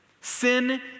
Sin